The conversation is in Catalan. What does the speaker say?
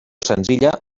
senzilla